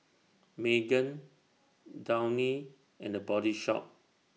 Megan Downy and The Body Shop